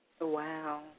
Wow